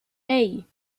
hey